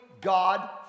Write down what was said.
God